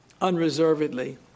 unreservedly